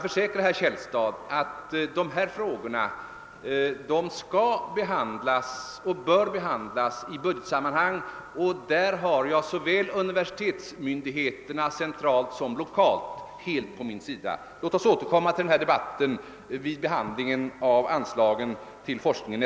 Dessa frågor bör behandlas i budgetsammanhang, och jag kan försäkra herr Källstad att jag har universitetsmyndigheterna, såväl centralt som lokalt, helt på min sida. Låt oss återkomma till debatten vid behandlingen av nästa års anslag till forskningen.